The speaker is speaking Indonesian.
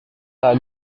tak